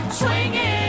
swinging